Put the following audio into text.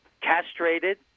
castrated